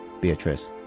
Beatrice